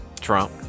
trump